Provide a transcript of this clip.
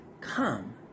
come